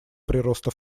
прироста